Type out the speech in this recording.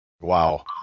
Wow